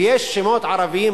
ויש שמות ערביים,